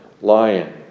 lion